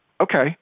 okay